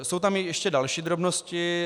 Jsou tam ještě další drobnosti.